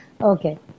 Okay